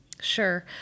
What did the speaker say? Sure